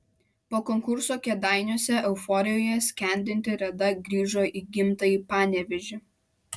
po konkurso kėdainiuose euforijoje skendinti reda grįžo į gimtąjį panevėžį